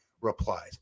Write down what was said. replies